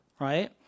right